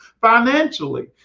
financially